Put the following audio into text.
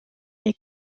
est